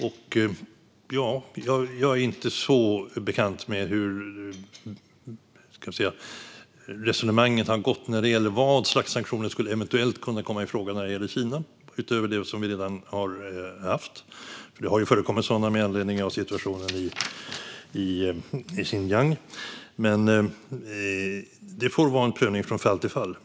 Jag är inte så bekant med hur resonemangen har gått när det gäller vilka slags sanktioner som eventuellt skulle kunna komma i fråga när det handlar om Kina utöver dem som vi redan har haft. Det har ju förekommit sådana med anledning av situationen i Shenyang. Det får vara en prövning från fall till fall.